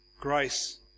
grace